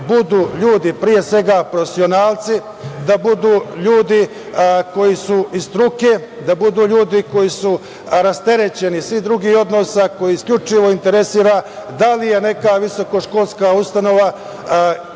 budu ljudi, pre svega, profesionalci, da budu ljudi koji su iz struke, da budu ljudi koji su rasterećeni svih drugih odnosa, koje isključivo interesuje da li je neka visokoškolska ustanova ispunila